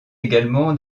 également